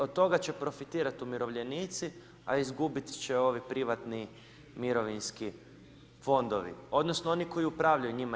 Od toga će profitirati umirovljenici, a izgubiti će ovi privatni mirovinski fondovi, odnosno, oni koji upravljaju njima.